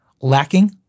lacking